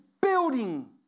building